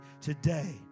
today